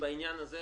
רק בעניין הזה,